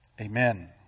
amen